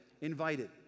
invited